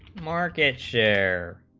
market share